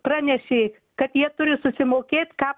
pranešė kad jie turi susimokėt ką